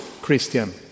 christian